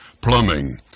plumbing